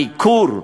הניכור,